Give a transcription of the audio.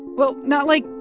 well, not, like,